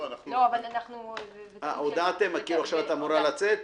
אה, הודעתם ועכשיו את אמורה לצאת?